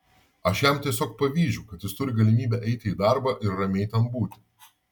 aš jam tiesiog pavydžiu kad jis turi galimybę eiti į darbą ir ramiai ten būti